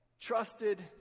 trusted